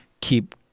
keep